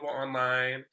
online